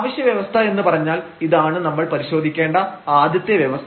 ആവശ്യ വ്യവസ്ഥ എന്ന് പറഞ്ഞാൽ ഇതാണ് നമ്മൾ പരിശോധിക്കേണ്ട ആദ്യത്തെ വ്യവസ്ഥ